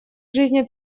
жизни